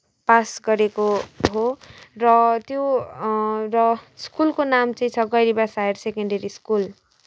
pass गरेको हो र त्यो र स्कुलको नाम चाहिँ छ गैरीबास हायर सेकन्डरी स्कुल